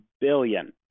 billion